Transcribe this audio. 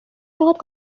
লগত